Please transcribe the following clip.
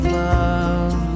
love